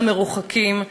המרוחקים,